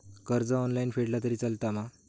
कर्ज ऑनलाइन फेडला तरी चलता मा?